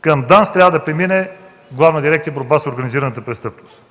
към ДАНС трябва да премине Главна дирекция „Борба с организираната престъпност”.